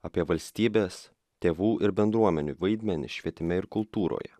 apie valstybės tėvų ir bendruomenių vaidmenį švietime ir kultūroje